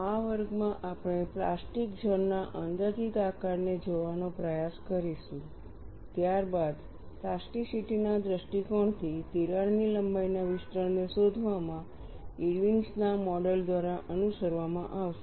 આ વર્ગમાં આપણે પ્લાસ્ટિક ઝોન ના અંદાજિત આકારને જોવાનો પ્રયાસ કરીશું ત્યારબાદ પ્લાસ્ટીસીટી ના દૃષ્ટિકોણથી તિરાડની લંબાઈના વિસ્તરણને શોધવામાં ઇરવિન્સના મોડલ Irwin's model દ્વારા અનુસરવામાં આવશે